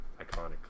iconic